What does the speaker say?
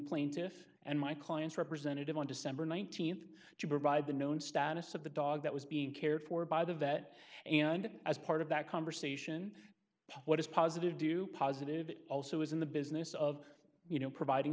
plaintiffs and my client's representative on december th to provide the known status of the dog that was being cared for by the vet and as part of that conversation what is positive do positive it also is in the business of you know providing